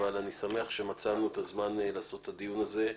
אבל אני שמח שמצאנו את הזמן לעשות את הדיון הזה.